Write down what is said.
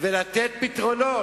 למה אין דירות?